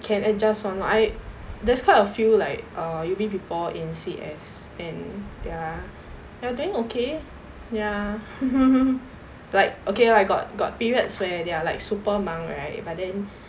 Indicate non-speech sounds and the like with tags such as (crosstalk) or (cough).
can adjust one I there's quite a few like U_B people in C_S and ya they are doing okay ya (laughs) like okay I got got periods where they are like super 忙 right but then